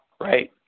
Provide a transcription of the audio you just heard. right